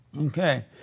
Okay